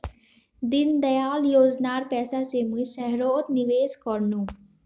दीनदयाल योजनार पैसा स मुई सहारात निवेश कर नु